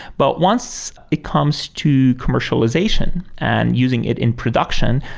but once it comes to commercialization and using it in production,